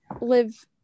live